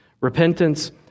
repentance